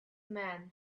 man